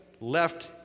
left